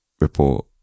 report